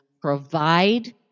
provide